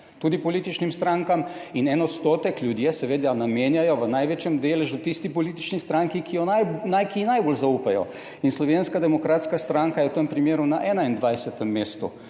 tudi političnim strankam in en odstotek ljudje seveda namenjajo v največjem deležu tisti politični stranki, ki ji najbolj zaupajo, in Slovenska demokratska stranka je v tem primeru na 21. mestu,